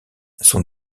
sont